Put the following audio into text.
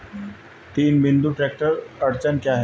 तीन बिंदु ट्रैक्टर अड़चन क्या है?